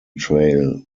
trail